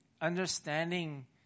understanding